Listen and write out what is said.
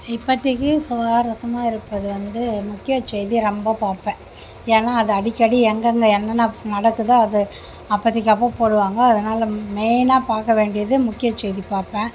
இப்போத்திக்கி சுவாரசமாக இருப்பது வந்து முக்கிய செய்தி ரொம்ப பார்ப்பேன் ஏன்னால் அது அடிக்கடி எங்கங்கே என்னென்ன நடக்குதோ அதை அப்போதிக்கி அப்போ போடுவாங்க அதனால் மெய்னாக பார்க்கவேண்டியது முக்கிய செய்தி பார்ப்பேன்